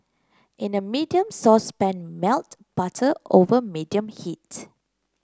in a medium saucepan melt butter over medium heat